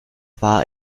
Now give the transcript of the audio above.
war